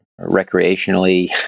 recreationally